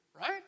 Right